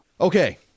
Okay